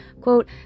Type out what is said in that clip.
quote